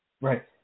Right